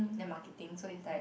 then marketing so it's like